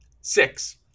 Six